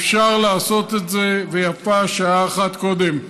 אפשר לעשות את זה, ויפה שעה אחת קודם.